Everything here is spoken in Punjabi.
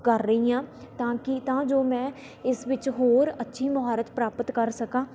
ਕਰ ਰਹੀ ਹਾਂ ਤਾਂ ਕਿ ਤਾਂ ਜੋ ਮੈਂ ਇਸ ਵਿੱਚ ਹੋਰ ਅੱਛੀ ਮੁਹਾਰਤ ਪ੍ਰਾਪਤ ਕਰ ਸਕਾਂ